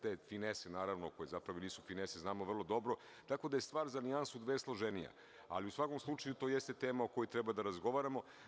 Te finese, naravno, koje zapravo nisu finese, znamo vrlo dobro, tako da je stvar za nijansu, dve složenija, ali u svakom slučaju to jeste tema o kojoj treba da razgovaramo.